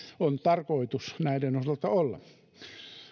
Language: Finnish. on tarkoitus näiden osalta olla